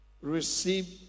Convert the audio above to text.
Receive